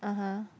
(uh huh)